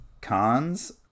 cons